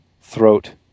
throat